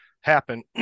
happen